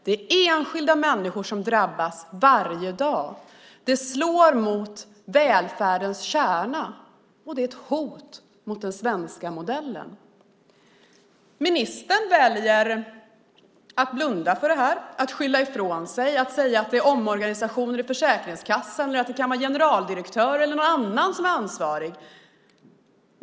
Det är enskilda människor som drabbas varje dag. Det slår mot välfärdens kärna, och det är ett hot mot den svenska modellen. Ministern väljer att blunda för detta, att skylla ifrån sig, att säga att det beror på omorganisationer i Försäkringskassan, att det kan vara generaldirektören eller någon annan som är ansvarig.